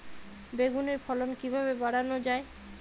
বেগুনের ফলন কিভাবে বাড়ানো যায়?